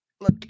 Look